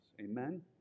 Amen